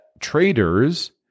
Traders